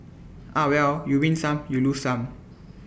ah well you win some you lose some